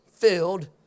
Filled